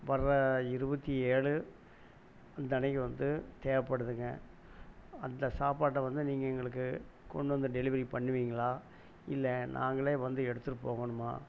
வர இருபத்தி ஏழு அந்தன்னக்கு வந்து தேவைபடுதுங்க அந்த சாப்பாட்டை வந்து நீங்கள் எங்களுக்கு கொண்டு வந்து டெலிவரி பண்ணுவங்களா இல்லை நாங்களே வந்து எடுத்துகிட்டு போகணுமா